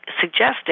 suggesting